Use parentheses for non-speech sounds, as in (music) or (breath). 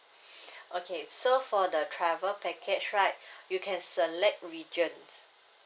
(breath) okay so for the travel package right (breath) you can select regions